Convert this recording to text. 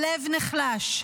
הלב נחלש,